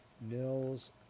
Nils